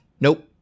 Nope